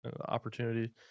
opportunity